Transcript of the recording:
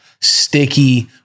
sticky